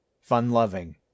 fun-loving